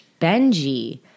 Benji